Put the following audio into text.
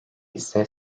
ise